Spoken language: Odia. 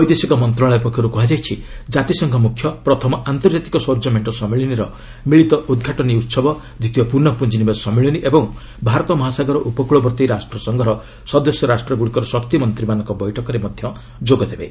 ବୈଦେଶିକ ମନ୍ତ୍ରଶାଳୟ ପକ୍ଷରୁ କୁହାଯାଇଛି କାତିସଂଘ ମୁଖ୍ୟ ପ୍ରଥମ ଅନ୍ତର୍ଜାତୀୟ ସୌର୍ଯ୍ୟ ମେଣ୍ଟ ସମ୍ମିଳନୀର ମିଳିତ ଉଦ୍ଘାଟନୀ ଉହବ ଦ୍ୱିତୀୟ ପୁନଃ ପୁଞ୍ଜିନିବେଶ ସମ୍ମିଳନୀ ଏବଂ ଭାରତ ମହାସାଗର ଉପକୂଳବର୍ତ୍ତୀ ରାଷ୍ଟ୍ରସଂଘର ସଦସ୍ୟ ରାଷ୍ଟ୍ରଗୁଡ଼ିକର ଶକ୍ତିମନ୍ତ୍ରୀମାନଙ୍କର ବୈଠକରେ ମଧ୍ୟ ଯୋଗ ଦେବେ